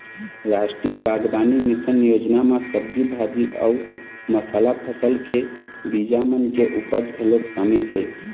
रास्टीय बागबानी मिसन योजना म सब्जी भाजी अउ मसाला फसल के बीजा मन के उपज घलोक सामिल हे